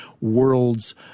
world's